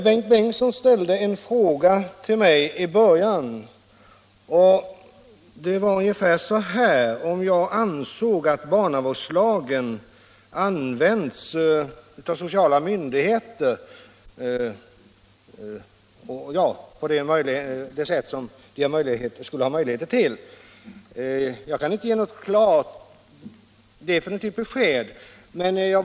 Bengt Bengtsson frågade mig i början av debatten om jag anser att sociala myndigheter använder barnavårdslagen på det sätt som de skulle ha möjligheter till. Jag kan inte ge något definitivt besked på den punkten.